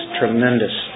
tremendous